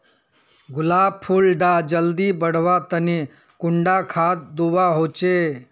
गुलाब फुल डा जल्दी बढ़वा तने कुंडा खाद दूवा होछै?